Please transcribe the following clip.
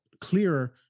clearer